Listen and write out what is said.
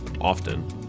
often